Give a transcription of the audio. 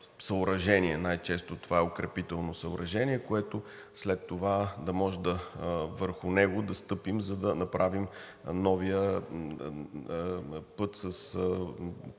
съоръжение, най-често това е укрепително съоръжение, което след това да може върху него да стъпим, за да направим новия път с